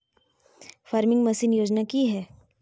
Farming machine योजना कि हैय?